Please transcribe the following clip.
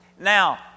Now